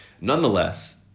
Nonetheless